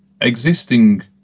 existing